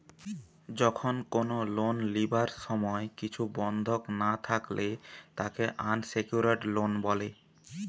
যখন কোনো লোন লিবার সময় কিছু বন্ধক না থাকলে তাকে আনসেক্যুরড লোন বলে